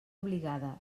obligada